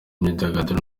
imyidagaduro